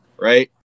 right